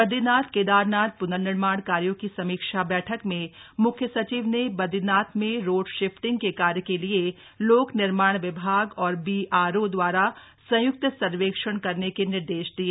बद्रीनाथ केदारनाथ प्नर्निर्माण कार्यों की समीक्षा बैठक में मुख्य सचिव ने बद्रीनाथ में रोड शिफ्टिंग के कार्य के लिए लोक निर्माण विभाग और बीआरओ दवारा संय्क्त सर्वेक्षण करने के निर्देश दिए